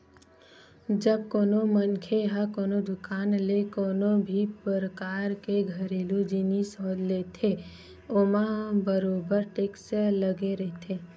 जब कोनो मनखे ह कोनो दुकान ले कोनो भी परकार के घरेलू जिनिस लेथे ओमा बरोबर टेक्स लगे रहिथे